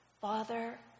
Father